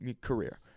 career